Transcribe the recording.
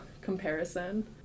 Comparison